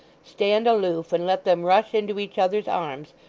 stand aloof, and let them rush into each other's arms,